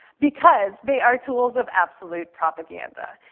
because they are tools of absolute propaganda.